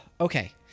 Okay